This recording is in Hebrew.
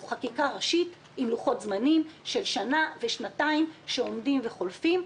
הוא חקיקה ראשית עם לוחות זמנים של שנה ושנתיים שעומדים וחולפים.